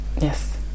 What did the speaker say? Yes